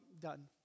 done